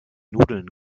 nudeln